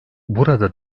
burada